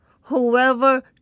whoever